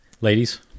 Ladies